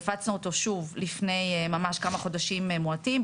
לפני ממש כמה חודשים מועטים,